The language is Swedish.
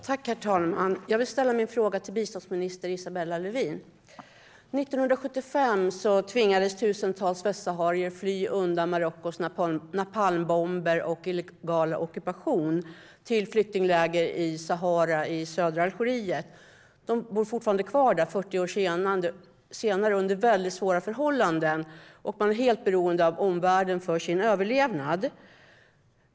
Herr talman! Jag vill ställa min fråga till biståndsminister Isabella Lövin. År 1975 tvingades tusentals västsaharier fly undan Marockos napalmbomber och illegala ockupation till flyktingläger i Sahara i södra Algeriet. 40 år senare bor de fortfarande kvar där under svåra förhållanden, och de är helt beroende av omvärlden för sin överlevnad.